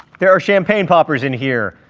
there are champagne poppers in here!